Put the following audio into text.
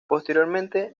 posteriormente